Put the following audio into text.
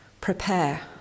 prepare